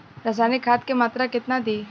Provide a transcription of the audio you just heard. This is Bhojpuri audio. रसायनिक खाद के मात्रा केतना दी?